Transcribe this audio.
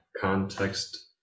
context